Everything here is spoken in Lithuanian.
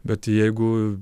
bet jeigu